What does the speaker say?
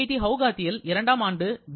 D குவஹாத்தியில் இரண்டாம் ஆண்டு பி